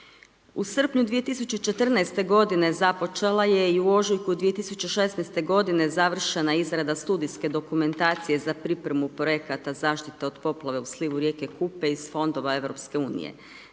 U srpnju 2014. g započela je i u ožujku 2016. g. završena izrada studijske dokumentacije za pripremu projekata za zaštite od poplava u slivu rijeke Kupe iz fondova EU.